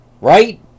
Right